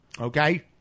okay